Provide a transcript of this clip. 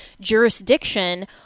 jurisdiction